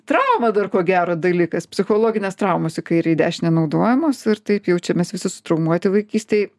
trauma dar ko gero dalykas psichologinės traumos į kairę į dešinę naudojamos ir taip jaučia mes visi sutraumuoti vaikystėj